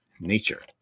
nature